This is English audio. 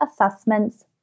Assessments